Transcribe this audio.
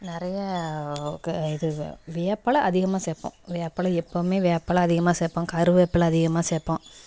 நிறைய க இது வேப்பிலை அதிகமாக சேர்ப்போம் வேப்பிலை எப்பவுமே வேப்பிலை அதிகமாக சேர்ப்போம் கருவேப்பிலை அதிகமாக சேர்ப்போம்